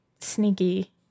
sneaky